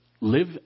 Live